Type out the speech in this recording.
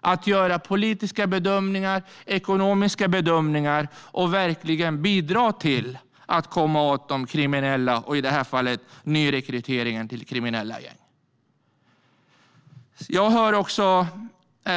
att göra politiska och ekonomiska bedömningar och verkligen bidra till att komma åt de kriminella och i det här fallet nyrekryteringen till kriminella gäng.